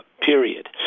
period